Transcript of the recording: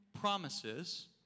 promises